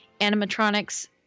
animatronics